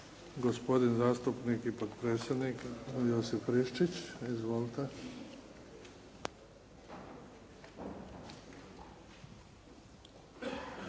gospodin zastupnik i potpredsjednik Josip Friščić. Izvolite.